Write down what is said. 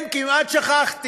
כן, כמעט שכחתי,